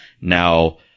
Now